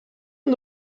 est